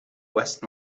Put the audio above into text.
west